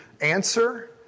answer